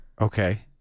okay